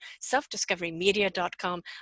selfdiscoverymedia.com